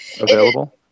available